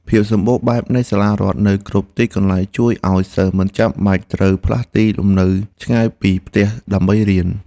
ភាពសម្បូរបែបនៃសាលារដ្ឋនៅគ្រប់ទីកន្លែងជួយឱ្យសិស្សមិនចាំបាច់ត្រូវផ្លាស់ទីលំនៅឆ្ងាយពីផ្ទះដើម្បីរៀន។